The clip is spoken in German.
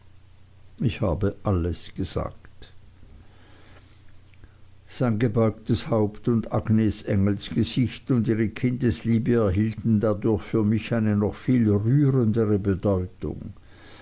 ich habe alles gesagt sein gebeugtes haupt und agnes engelsgesicht und ihre kindesliebe erhielten dadurch für mich eine noch viel rührendere bedeutung